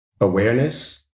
awareness